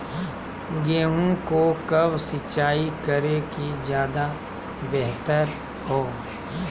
गेंहू को कब सिंचाई करे कि ज्यादा व्यहतर हो?